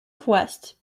request